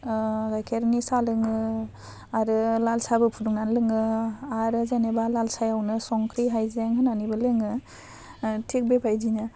गाइखेरनि साहा लोङो आरो लाल साहाबो फुदुंना लोङो आरो जेनेबा लाल सायावनो संख्रि हायजें होनानैबो लोङो थिक बेबादिनो